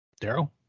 Daryl